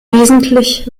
wesentlich